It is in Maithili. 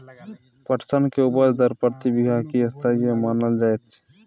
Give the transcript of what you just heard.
पटसन के उपज दर प्रति बीघा की स्तरीय मानल जायत छै?